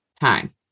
time